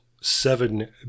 seven